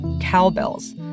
cowbells